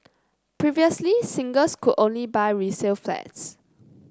previously singles could only buy resale flats